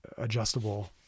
adjustable